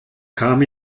kam